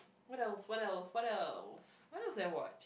what else what else what else what else do I watch